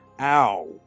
ow